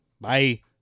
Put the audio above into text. Bye